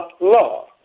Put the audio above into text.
law